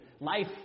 life